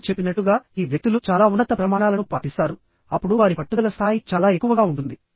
నేను చెప్పినట్లుగా ఈ వ్యక్తులు చాలా ఉన్నత ప్రమాణాలను పాటిస్తారు అప్పుడు వారి పట్టుదల స్థాయి చాలా ఎక్కువగా ఉంటుంది